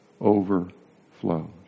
overflows